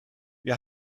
wir